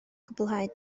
gwblhau